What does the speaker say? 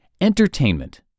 Entertainment